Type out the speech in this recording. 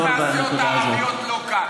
אף אחד מהסיעות הערביות לא כאן.